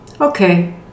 Okay